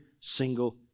single